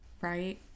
right